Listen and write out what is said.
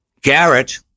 Garrett